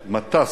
מטס.